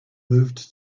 moved